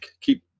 Keep